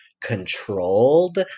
controlled